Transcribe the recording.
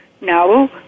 No